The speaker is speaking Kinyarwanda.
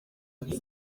ati